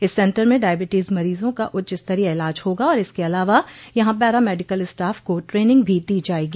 इस सेन्टर में डायविटीज मरीजों का उच्चस्तरीय इलाज होगा और इसके अलावा यहां पैरा मेडिकल स्टॉफ को ट्रेनिंग भी दी जायेगी